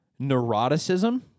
Neuroticism